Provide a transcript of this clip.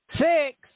Six